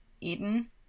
Eden